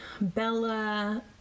Bella